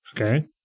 Okay